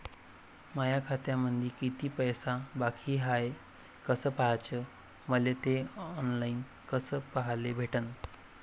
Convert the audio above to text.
माया खात्यामंधी किती पैसा बाकी हाय कस पाह्याच, मले थे ऑनलाईन कस पाह्याले भेटन?